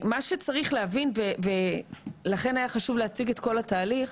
שצריך להבין ולכן היה חשוב להציג את כל התהליך,